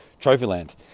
Trophyland